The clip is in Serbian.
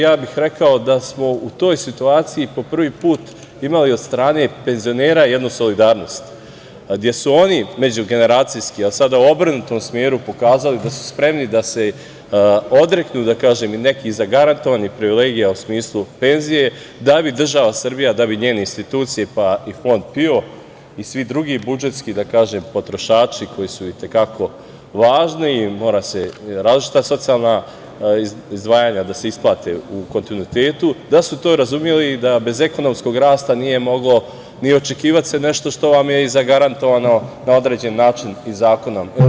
Ja bih rekao da smo u toj situaciji prvi put imali od strane penzionera jednu solidarnost, gde su oni međugeneracijski, a sada u obrnutom smeru, pokazali da su spremni da se odreknu i nekih zagarantovanih privilegija, u smislu penzije, da bi država Srbija, da bi njene institucije, pa i Fond PIO i svi drugi budžetski potrošači, koji su i te kako važni, moraju različita socijalna izdvajanja da se isplate u kontinuitetu, da su to razumeli i da se bez ekonomskog rasta nije moglo ni očekivati nešto što vam je zagarantovano na određen način i zakonom.